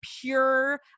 pure